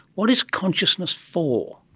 what is consciousness for?